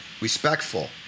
respectful